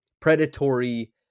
predatory